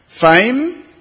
fame